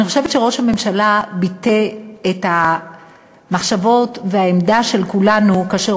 אני חושבת שראש הממשלה ביטא את המחשבות והעמדה של כולנו כאשר